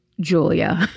Julia